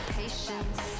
patience